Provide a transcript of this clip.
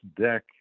deck